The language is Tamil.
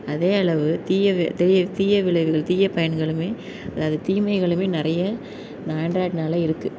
அதே அளவு தீய தீய தீய விளைவுகள் தீய பயனுங்களும் அது தீமைகளும் நிறைய இந்த ஆண்ட்ராய்டினால் இருக்குது